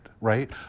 right